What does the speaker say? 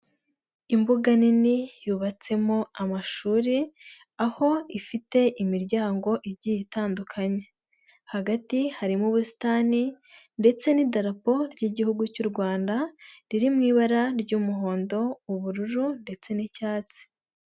Imbuga nini yubatsemo amashuri aho ifite imiryango igiye itandukanye, hagati harimo ubusitani ndetse n'idarapo ry'Igihugu cy'u Rwanda, riri mu ibara ry'umuhondo, ubururu ndetse n'icyatsi.